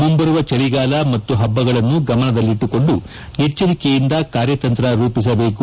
ಮುಂಬರುವ ಚಳಿಗಾಲ ಮತ್ತು ಹಬ್ಬಗಳನ್ನು ಗಮನದಲ್ಲಿಟ್ಟುಕೊಂಡು ಎಚ್ಚರಿಕೆಯಿಂದ ಕಾರ್ಯತಂತ್ರ ರೂಪಿಸಬೇಕು